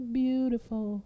beautiful